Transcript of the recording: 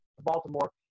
baltimore